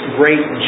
great